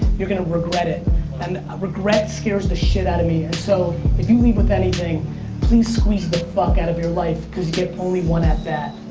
you're gonna regret it and regret scares the shit outta me, and so if you leave with anything please squeeze the fuck out of your life cause you get only one at that.